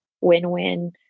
win-win